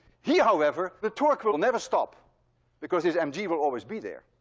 here, however, the torque will never stop because this mg will always be there,